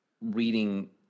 reading